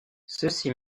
ceci